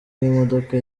n’imodoka